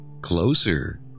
Closer